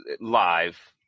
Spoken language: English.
live